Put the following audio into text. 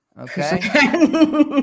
Okay